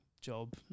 job